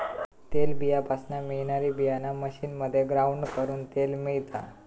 तेलबीयापासना मिळणारी बीयाणा मशीनमध्ये ग्राउंड करून तेल मिळता